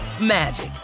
magic